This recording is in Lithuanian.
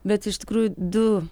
bet iš tikrųjų du